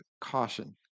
caution